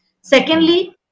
Secondly